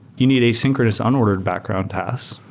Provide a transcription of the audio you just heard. you need asynchronous unordered background task,